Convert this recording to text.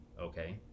okay